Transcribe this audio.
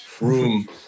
room